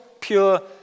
pure